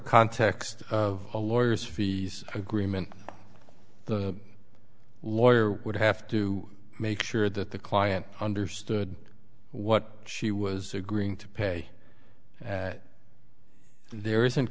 context of a lawyers fees agreement the lawyer would have to make sure that the client understood what she was agreeing to pay at there is